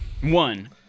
One